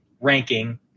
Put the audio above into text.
ranking